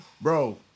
bro